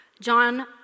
John